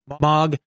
Mog